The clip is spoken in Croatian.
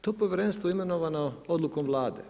To povjerenstvo je imenovano odlukom Vlade.